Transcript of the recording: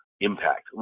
impact